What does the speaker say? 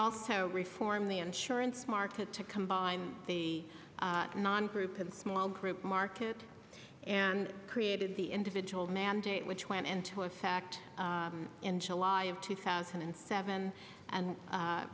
also reform the insurance market to combine the non proven small group market and created the individual mandate which went into effect in july of two thousand and seven and